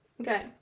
Okay